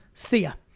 see ya.